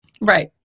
right